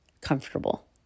comfortable